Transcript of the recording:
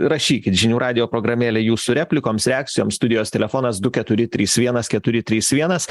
rašykit žinių radijo programėlė jūsų replikoms reakcijoms studijos telefonas du keturi trys vienas keturi trys vienas